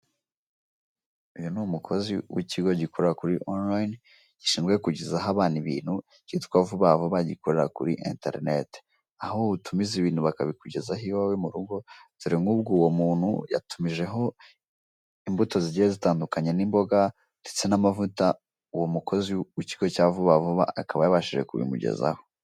Uyu ni umukozi w'ikigo gikorera kuri onulayini, gishinzwe kugezaho abantu ibintu cyitwa Vuba Vuba gikorera kuri interineti, aho utumiza ibintu bakabikugezaho iwawe mu rugo. Dore nk'ubwo uwo muntu yatumijemo imbuto zigiye zitandukanye, n'imboga, ndetse n'amavuta, uwo mukozi w'ikigo cya Vuba Vuba akaba yabashije kubimugezaho.